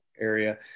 area